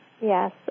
Yes